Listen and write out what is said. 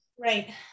Right